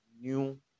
new